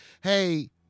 Hey